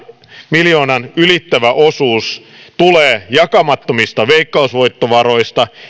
miljoonan ylittävä osuus tulee jakamattomista veikkausvoittovaroista